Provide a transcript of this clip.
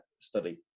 study